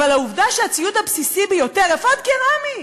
אבל העובדה שהציוד הבסיסי ביותר, אפוד קרמי,